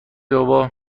بابا